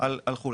על חו"ל.